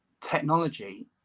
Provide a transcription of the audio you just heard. technology